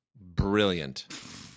Brilliant